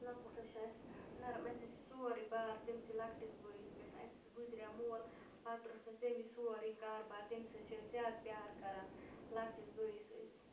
لَکُٹ حظ چھِ اَسہِ نَرم اَسہِ حظ چھِ سورُے بار تٔمِسٕے لَکٹِس بٲیِس پٮ۪ٹھ اَسہِ حظ گُزریو مول پَتہٕ روتھ اَسہِ تٔمی سورُے کاربار تٔمِس حظ چھِ أسۍ زیادٕ پیار کَران لَکٹِس بٲیِس أسۍ